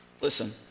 Listen